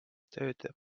töötab